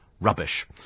rubbish